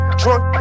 drunk